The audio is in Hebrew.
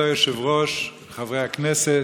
כבוד היושב-ראש, חברי הכנסת,